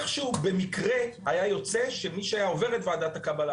איך שהוא במקרה היה יוצא שמי שעובר את ועדת הקבלה